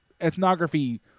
ethnography